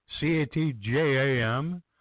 C-A-T-J-A-M